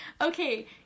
okay